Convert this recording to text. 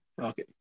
Okay